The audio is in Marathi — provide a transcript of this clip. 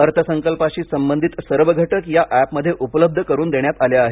अर्थसंकल्पाशी संबधित सर्व घटक या एपमध्ये उपलब्ध करून देण्यात आले आहेत